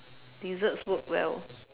desserts work well